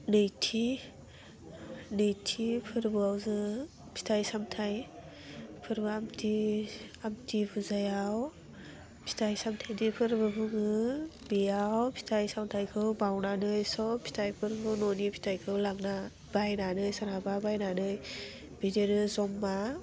नैथि नैथि फोरबोआव जोङो फिथाइ सामथाइ फोरबो आमथि आमथि फुजायाव फिथाइ सामथाइनि फोरबो खुङो बेयाव फिथाइ सामथाइखौ बाउनानै सब फिथाइफोरखौ न'नि फिथाइखौ लांना बायनानै सोरहाबा बायनानै बिदिनो ज'मा